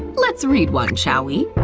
let's read one, shall we?